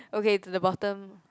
okay to the bottom